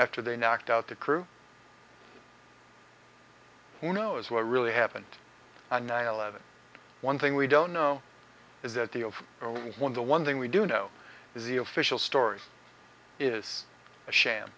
after they knocked out the crew who knows what really happened on nine eleven the one thing we don't know is that the old one the one thing we do know is the official story is a sham